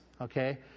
okay